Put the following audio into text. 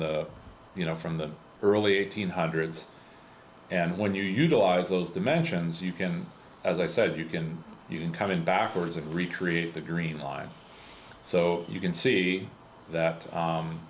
the you know from the early eighteen hundreds and when you utilize those dimensions you can as i said you can you can come in backwards and recreate the green line so you can see that